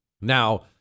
Now